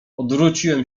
odwróciłem